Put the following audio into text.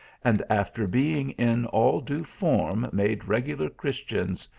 and after being in all due form made regular christians,